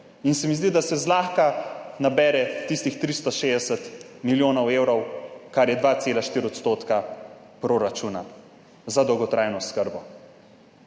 In se mi zdi, da se zlahka nabere tistih 360 milijonov evrov, kar je 2,4 odstotka proračuna za dolgotrajno oskrbo,